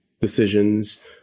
decisions